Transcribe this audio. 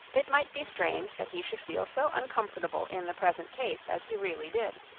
it might be strange that he should feel so uncomfortable in the present case as he really did,